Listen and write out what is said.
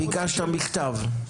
ביקשת מכתב?